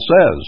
says